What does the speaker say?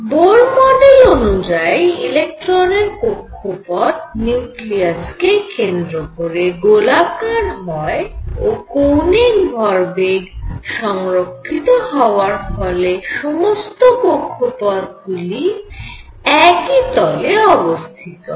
bore model অনুযায়ী ইলেকট্রনের কক্ষপথ নিউক্লিয়াস কে কেন্দ্র করে গোলাকার হয় ও কৌণিক ভরবেগ সংরক্ষিত হওয়ার ফলে সমস্ত কক্ষপথগুলি একই তলে অবস্থিত হয়